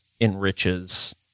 enriches